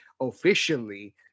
officially